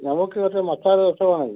നമുക്ക് കുറച്ച് മസാല ദോശ വേണം